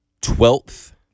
Twelfth